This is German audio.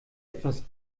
etwas